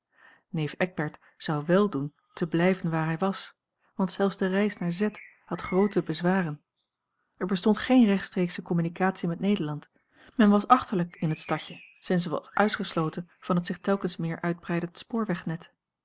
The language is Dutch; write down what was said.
neef eckbert zou wèl doen te blijven waar hij was want zelfs de reis naar z had groote bezwaren er bestond geen rechtstreeksche communicatie met nederland men was achterlijk in het stadje sinds het was uitgesloten van het zich telkens meer uitbreidend spoorwegnet